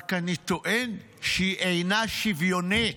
אני רק טוען שהיא אינה שוויונית.